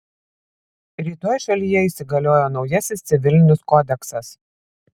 rytoj šalyje įsigalioja naujasis civilinis kodeksas